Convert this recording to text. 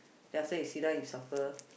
then after that you sit down you suffer